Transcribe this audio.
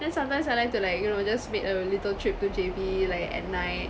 then sometimes I like to like you know just make a little trip to J_B like at night